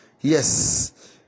Yes